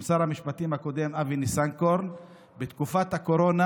עם שר המשפטים הקודם אבי ניסנקורן בתקופת הקורונה.